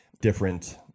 different